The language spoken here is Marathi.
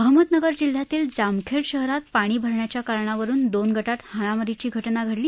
अहमदनगर जिल्ह्यातील जामखेड शहरात पाणी भरण्याच्या कारणावरून दोन गटात हाणामारीची घटना घडली